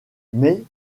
mais